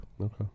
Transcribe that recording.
Okay